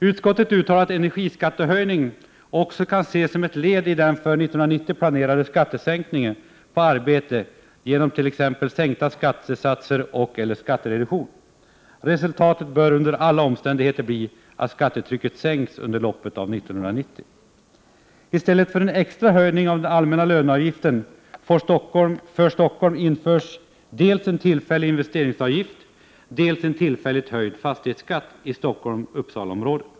Utskottet uttalar att energiskattehöjningen också kan ses som ett led i den för år 1990 planerade skattesänkningen på arbete, t.ex. genom sänkta skattesatser och/eller skattereduktion. Resultatet bör under alla omständigheter bli att skattetrycket sänks under loppet av 1990. I stället för en extra höjning av den allmänna löneavgiften för Stockholm införs dels en tillfällig investeringsavgift, dels en tillfälligt höjd fastighetsskatt i Stockholm-Uppsala-området.